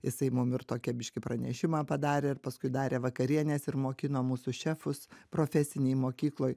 jisai mum ir tokią biškį pranešimą padarė ir paskui darė vakarienės ir mokino mūsų šefus profesinėj mokykloj